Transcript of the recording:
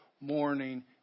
morning